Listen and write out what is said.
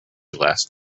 last